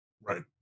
Right